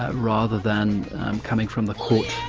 rather than coming from the court